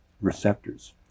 receptors